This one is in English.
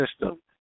system